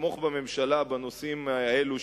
לתמוך בממשלה בנושאים האלה,